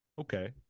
Okay